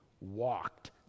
walked